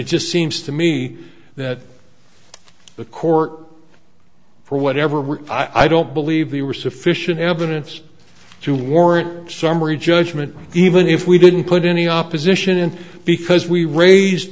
it just seems to me that the court for whatever we're i don't believe they were sufficient evidence to warrant summary judgment even if we didn't put any opposition in because we raised